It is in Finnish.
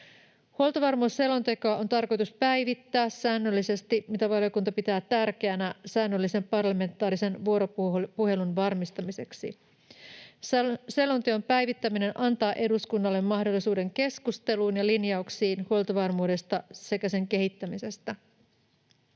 Huoltovarmuusselonteko on tarkoitus päivittää säännöllisesti, mitä valiokunta pitää tärkeänä säännöllisen parlamentaarisen vuoropuhelun varmistamiseksi. Selonteon päivittäminen antaa eduskunnalle mahdollisuuden keskusteluun ja linjauksiin huoltovarmuudesta sekä sen kehittämisestä.